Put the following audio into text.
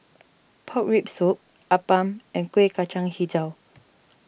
Pork Rib Soup Appam and Kueh Kacang HiJau